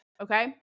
Okay